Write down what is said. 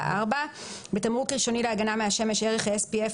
"תמרוק הגנה שניוני" תמרוק המיועד להגנה מפני קרינת השמש,